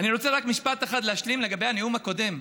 אני רוצה רק במשפט אחד להשלים את הנאום הקודם.